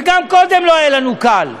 וגם קודם לא היה לנו קל,